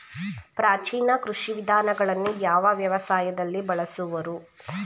ಪ್ರಾಚೀನ ಕೃಷಿ ವಿಧಾನಗಳನ್ನು ಯಾವ ವ್ಯವಸಾಯದಲ್ಲಿ ಬಳಸುವರು?